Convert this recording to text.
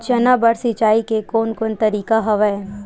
चना बर सिंचाई के कोन कोन तरीका हवय?